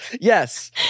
Yes